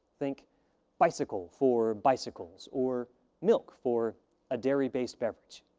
think bicycle for bicycles or milk for a dairy based beverage.